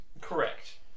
Correct